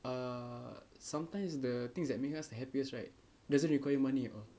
uh sometimes the things that makes us the happiest right doesn't require money ah